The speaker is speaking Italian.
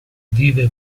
vive